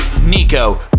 Nico